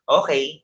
okay